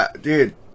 Dude